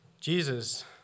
Jesus